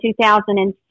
2006